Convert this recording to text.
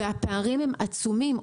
והפערים הם עצומים.